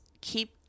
keep